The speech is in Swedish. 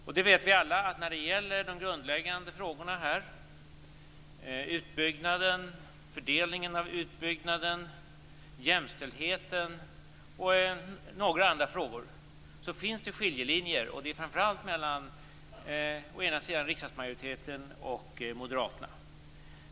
Vi vet alla att när det gäller de grundläggande frågorna - utbyggnaden, fördelningen av utbyggnaden, jämställdheten och några andra frågor - finns det skiljelinjer, framför allt mellan riksdagsmajoriteten och Moderaterna.